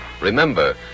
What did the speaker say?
Remember